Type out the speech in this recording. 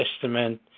Testament